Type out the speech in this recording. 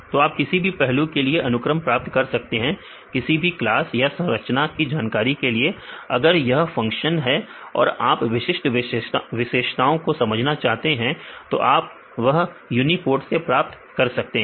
तो आप किसी भी पहलू के लिए अनुक्रम प्राप्त कर सकते हैं किसी भी क्लास या संरचना की जानकारी के लिए अगर यह फंक्शन है और आप विशिष्ट विशेषताओं को समझना चाहते हैं तो आप वह यूनीपोर्ट से प्राप्त कर सकते हैं